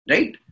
Right